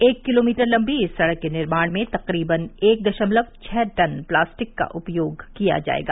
एक किलोमीटर लंबी इस सडक के निर्माण में तकरीबन एक दशमलव छह टन प्लास्टिक का उपयोग किया जाएगा